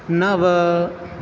नव